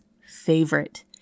favorite